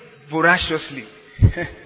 voraciously